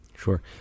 Sure